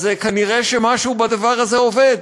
אז כנראה משהו בדבר הזה עובד.